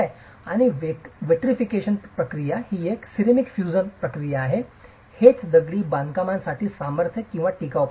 आणि विट्रीफिकेशनची प्रक्रिया ही एक सिरेमिक फ्यूजन प्रक्रिया आहे हेच दगडी बांधकामासाठी सामर्थ्य आणि टिकाऊपणा देते